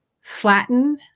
flatten